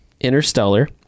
Interstellar